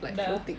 dah